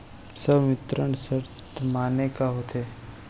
संवितरण शर्त माने का होथे?